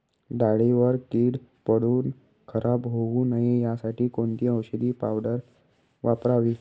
डाळीवर कीड पडून खराब होऊ नये यासाठी कोणती औषधी पावडर वापरावी?